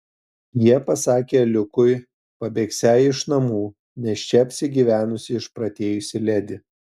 jie pasakė liukui pabėgsią iš namų nes čia apsigyvenusi išprotėjusi ledi